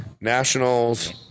nationals